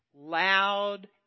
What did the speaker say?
Loud